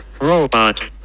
Robot